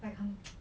like 很